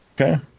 Okay